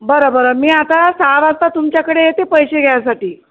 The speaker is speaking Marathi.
बरं बरं मी आता सहा वाजता तुमच्याकडे येते पैसे घ्यायसाठी